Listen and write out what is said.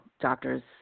doctors